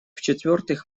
четвертых